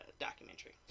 documentary